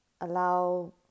allow